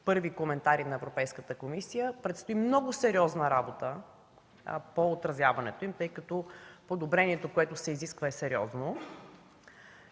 първи коментари на Европейската комисия. Предстои много сериозна работа по отразяването им, тъй като подобрението, което се изисква, е сериозно,